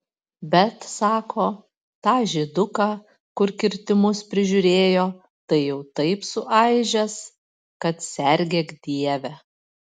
bet sako tą žyduką kur kirtimus prižiūrėjo tai jau taip suaižęs kad sergėk dieve